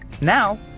Now